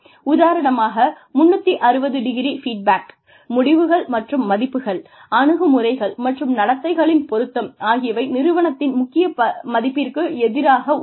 உதாரணமாக 360° ஃபீட்பேக் முடிவுகள் மற்றும் மதிப்புகள் அணுகுமுறைகள் மற்றும் நடத்தைகளின் பொருத்தம் ஆகியவை நிறுவனத்தின் முக்கிய மதிப்பிற்கு எதிராக உள்ளன